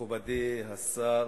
מכובדי השר,